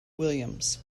williams